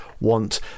want